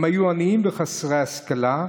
הם היו עניים וחסרי השכלה,